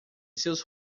seus